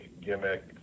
gimmick